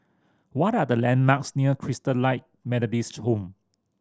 what are the landmarks near Christalite Methodist Home